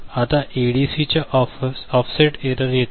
आता ADC offset error येते